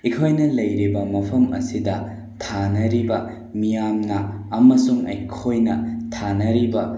ꯑꯩꯈꯣꯏꯅ ꯂꯩꯔꯤꯕ ꯃꯐꯝ ꯑꯁꯤꯗ ꯊꯥꯅꯔꯤꯕ ꯃꯤꯌꯥꯝꯅ ꯑꯃꯁꯨꯡ ꯑꯩꯈꯣꯏꯅ ꯊꯥꯅꯔꯤꯕ